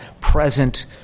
present